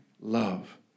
love